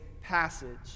passage